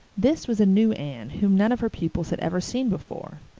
this was a new anne whom none of her pupils had ever seen before.